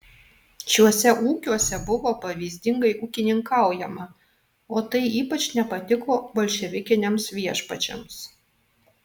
šiuose ūkiuose buvo pavyzdingai ūkininkaujama o tai ypač nepatiko bolševikiniams viešpačiams